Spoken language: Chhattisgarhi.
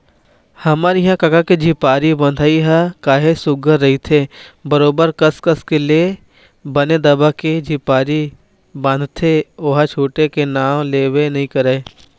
हमर इहाँ कका के झिपारी बंधई ह काहेच सुग्घर रहिथे बरोबर कस कस ले बने दबा के झिपारी बांधथे ओहा छूटे के नांव लेबे नइ करय